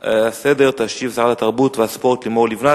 לסדר-היום תשיב שרת התרבות והספורט לימור לבנת.